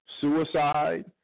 suicide